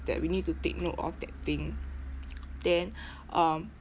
that we need to take note of that thing then um